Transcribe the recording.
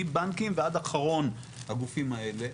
מבנקים ועד אחרון הגופים האלה,